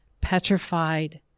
petrified